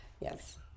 yes